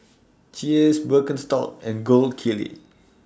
Cheers Birkenstock and Gold Kili